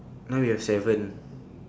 now we have seven